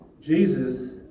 Jesus